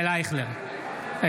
בעד ישראל אייכלר,